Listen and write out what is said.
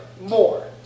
more